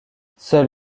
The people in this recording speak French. seul